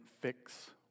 fix